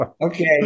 Okay